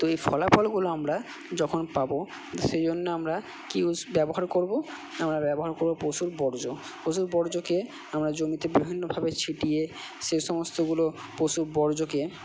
তো এই ফলাফলগুলো আমরা যখন পাবো সেই জন্য আমরা কি ইউস ব্যবহার করব আমরা ব্যবহার করব পশুর বর্জ্য পশুর বর্জ্যকে আমরা জমিতে বিভিন্নভাবে ছিটিয়ে সে সমস্তগুলো পশুর বর্জ্যকে